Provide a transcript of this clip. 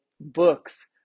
books